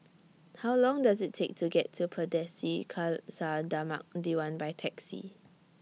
How Long Does IT Take to get to Pardesi Khalsa Dharmak Diwan By Taxi